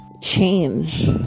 change